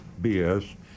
BS